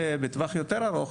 ובטווח יותר ארוך,